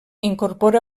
incorpora